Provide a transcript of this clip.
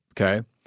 Okay